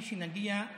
האמת ממך והלאה, הא?